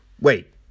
wait